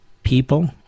People